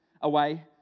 away